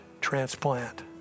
transplant